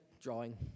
drawing